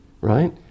right